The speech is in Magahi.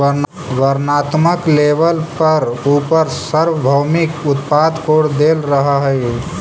वर्णात्मक लेबल पर उपर सार्वभौमिक उत्पाद कोड देल रहअ हई